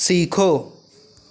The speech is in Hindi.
सीखो